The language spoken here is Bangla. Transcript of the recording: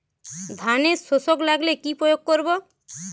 ধানের শোষক লাগলে কি প্রয়োগ করব?